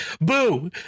Boo